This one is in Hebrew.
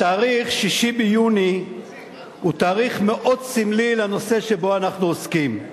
התאריך 6 ביוני הוא תאריך מאוד סמלי לנושא שבו אנחנו עוסקים.